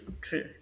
true